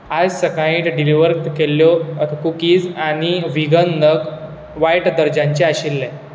आयज सकाळीं डिलिव्हर केल्ल्यो कुकीज आनी व्हीगन नग वायट दर्जाचें आशिल्लें